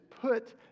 put